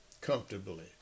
comfortably